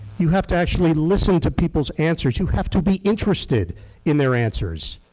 you have to actually listen to people's answers. you have to be interested in their answers.